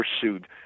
pursued